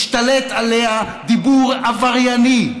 השתלט עליה דיבור עברייני,